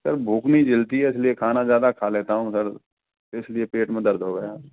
sir भूख नहीं जलती है इसलिए खाना ज़्यादा खा लेता हूँ सर इसलिए पेट में दर्द हो गया